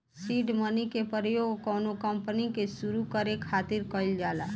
seed money के प्रयोग कौनो कंपनी के सुरु करे खातिर कईल जाला